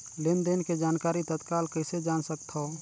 लेन देन के जानकारी तत्काल कइसे जान सकथव?